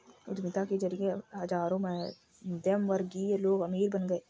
उद्यमिता के जरिए हजारों मध्यमवर्गीय लोग अमीर बन गए